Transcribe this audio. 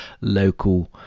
local